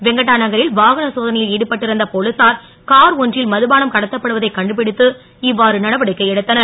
வெங்கட்டா நகரில் வாகன சோதனை ல் ஈடுபட்டிருந்த போலீசார் கார் ஒன்றில் மதுபானம் கடத்தப்படுவதைக் கண்டுபிடித்து இ வாறு நடவடிக்கை எடுத்தனர்